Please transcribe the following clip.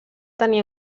tenir